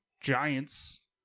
giants